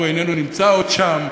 והוא איננו נמצא עוד שם,